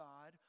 God